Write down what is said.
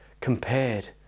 compared